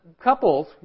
couples